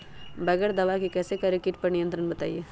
बगैर दवा के कैसे करें कीट पर नियंत्रण बताइए?